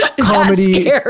comedy